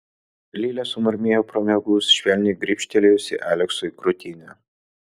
lilė sumurmėjo pro miegus švelniai gribštelėjusi aleksui krūtinę